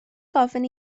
gofyn